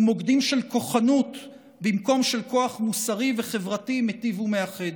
מוקדים של כוחנות במקום של כוח מוסרי וחברתי מיטיב ומאחד.